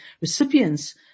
recipients